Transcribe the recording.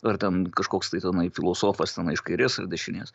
ar ten kažkoks tai tenai filosofas tenai iš kairės ar dešinės